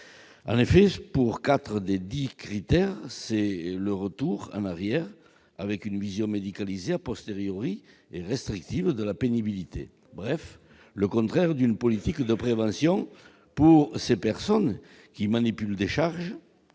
En effet, pour quatre des dix critères, c'est un retour en arrière, avec une vision médicalisée et restrictive de la pénibilité, bref le contraire d'une politique de prévention pour des personnes qui manipulent des charges